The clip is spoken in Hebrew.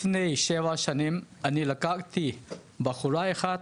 לפני שבע שנים אני לקחתי בחורה אחת,